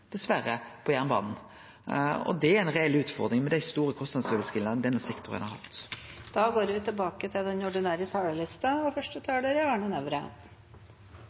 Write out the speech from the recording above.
på jernbanen. Det er ei reell utfordring med dei store kostnadsoverskridingane denne sektoren har hatt.